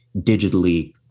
digitally